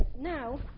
now